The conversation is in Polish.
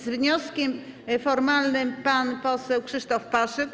Z wnioskiem formalnym pan poseł Krzysztof Paszyk.